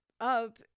up